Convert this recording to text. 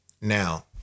Now